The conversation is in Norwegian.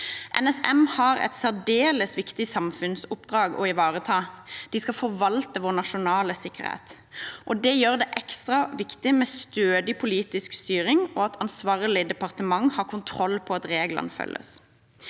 NSM har et særdeles viktig samfunnsoppdrag å ivareta – de skal forvalte vår nasjonale sikkerhet. Det gjør det ekstra viktig med stødig politisk styring, og at ansvarlig departement har kontroll på at reglene følges.